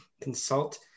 consult